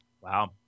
Wow